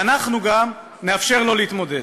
ואנחנו גם נאפשר לו להתמודד.